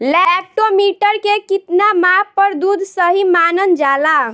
Lactometer के कितना माप पर दुध सही मानन जाला?